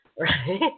right